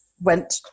went